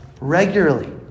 regularly